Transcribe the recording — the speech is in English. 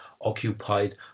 occupied